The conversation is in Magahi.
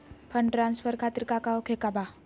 फंड ट्रांसफर खातिर काका होखे का बा?